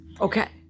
okay